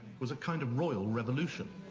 was a kind of royal revolution.